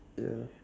ya